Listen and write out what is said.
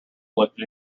lifted